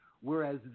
whereas